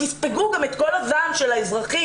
תספגו גם את כלה זעם של האזרחים,